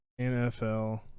NFL